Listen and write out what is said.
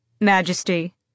Majesty